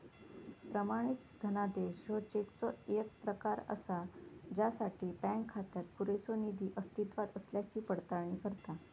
प्रमाणित धनादेश ह्यो चेकचो येक प्रकार असा ज्यासाठी बँक खात्यात पुरेसो निधी अस्तित्वात असल्याची पडताळणी करता